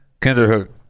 kinderhook